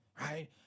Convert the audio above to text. right